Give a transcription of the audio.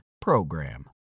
PROGRAM